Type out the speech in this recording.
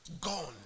gone